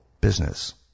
business